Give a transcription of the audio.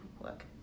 look